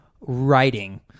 writing